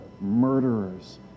murderers